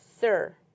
Sir